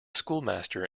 schoolmaster